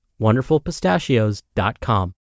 wonderfulpistachios.com